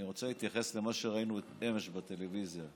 אני רוצה להתייחס למה שראינו אמש בטלוויזיה.